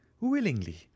Willingly